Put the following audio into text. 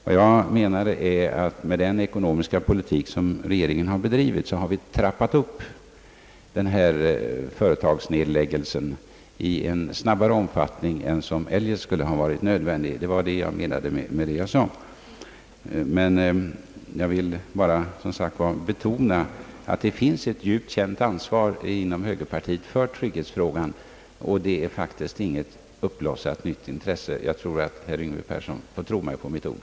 Vad jag menar är att den ekonomiska politik, som regeringen bedrivit, har så att säga trappat upp företagsnedläggelserna i en snabbare takt än som eljest skulle ha varit nödvändigt. Det var detta jag åsyftade med mitt inlägg. Jag vill alltså bara som sagt betona, att det finns ett djupt känt ansvar inom högerpartiet för trygghetsfrågan och att det faktiskt inte är fråga om något nyligen uppblommat intresse. Herr Yngve Persson får tro mig på mitt ord.